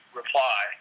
reply